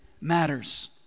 matters